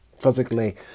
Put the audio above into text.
physically